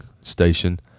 station